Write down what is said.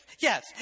Yes